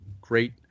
great